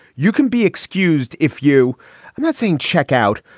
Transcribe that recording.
you can be excused if you are not seeing check out.